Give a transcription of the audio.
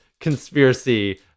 conspiracy